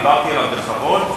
דיברתי אליו בכבוד,